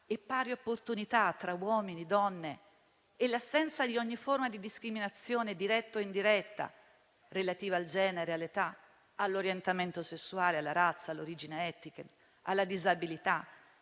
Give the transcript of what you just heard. e pari opportunità tra uomini e donne e l'assenza di ogni forma di discriminazione, diretta o indiretta, relativa al genere, all'età, all'orientamento sessuale, alla razza, all'origine etnica, alla disabilità,